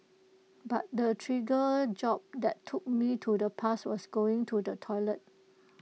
but the jolt that took me to the past was going to the toilets